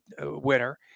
winner